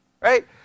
right